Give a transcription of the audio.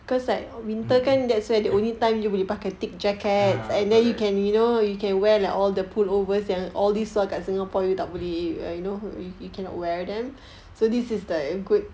mm ya correct